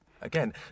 again